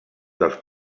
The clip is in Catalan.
dels